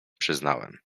przyznałem